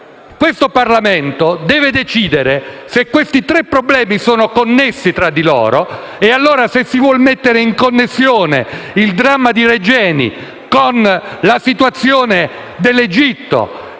Questo Parlamento deve decidere se questi tre problemi sono connessi tra loro e se si vuole mettere in connessione il dramma di Regeni con la situazione dell'Egitto,